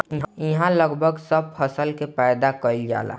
इहा लगभग सब फसल के पैदा कईल जाला